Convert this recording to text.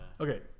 Okay